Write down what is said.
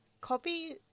copy